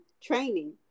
training